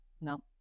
no